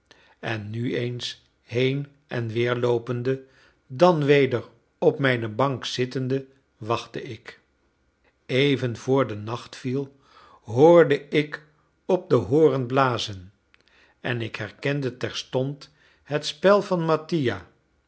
en nu eens heen en weer loopende dan weder op mijne bank zittende wachtte ik even voor de nacht viel hoorde ik op den horen blazen en ik herkende terstond het spel van mattia